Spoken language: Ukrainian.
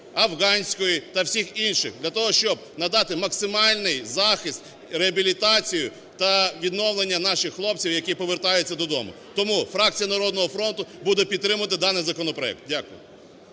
афганської та всіх інших – для того, щоб надати максимальний захист, реабілітацію та відновлення наших хлопців, які повертаються додому. Тому фракція "Народного фронту" буде підтримувати даний законопроект. Дякую.